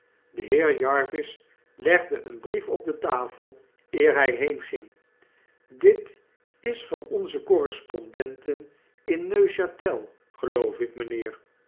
de heer jarvis legde een brief op de tafel eer hy heenging dit is van onze correspondenten in neuchatel geloof ik mpheer